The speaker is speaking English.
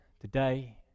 today